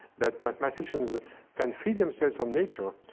that mathematicians can free themselves from nature.